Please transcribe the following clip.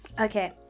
Okay